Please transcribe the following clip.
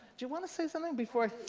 do you want to say something before?